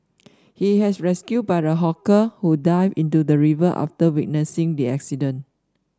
he has rescued by a hawker who dived into the river after witnessing the accident